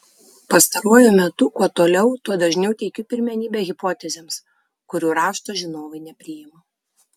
pastaruoju metu kuo toliau tuo dažniau teikiu pirmenybę hipotezėms kurių rašto žinovai nepriima